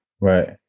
Right